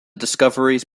discoveries